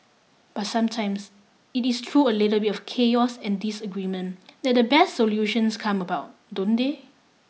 but sometimes it is through a little bit of chaos and disagreement that the best solutions come about don't they